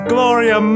Gloria